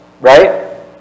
right